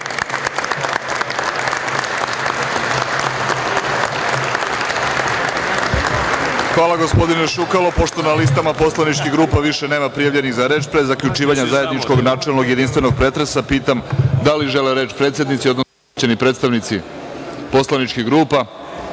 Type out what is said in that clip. Hvala, gospodine Šukalo. Pošto na listama poslaničkih grupa više nema prijavljenih za reč, pre zaključivanja zajedničkog načelnog i jedinstvenog pretresa, pitam – da li žele reč predsednici, odnosno ovlašćeni predstavnici poslaničkih grupa?